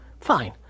Fine